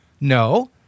No